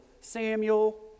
Samuel